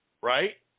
right